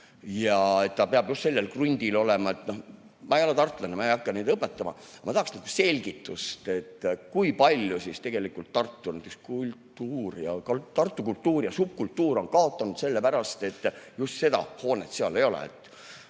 ja see peab just sellel krundil olema. Ma ei ole tartlane, ma ei hakka neid õpetama. Aga ma tahaksin selgitust, kui palju siis tegelikult Tartu kultuur ja subkultuur kaotaks selle pärast, et just seda hoonet seal ei ole.